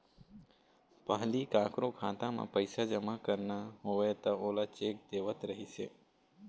पहिली कखरो खाता म पइसा जमा करना होवय त ओला चेक देवत रहिस हे